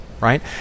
right